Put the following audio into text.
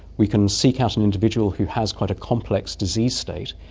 we can seek out an individual who has quite a complex disease state,